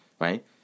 right